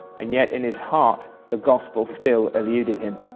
and yet in his heart the gospel still eluded him.